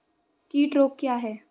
कीट रोग क्या है?